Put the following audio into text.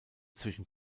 zwischen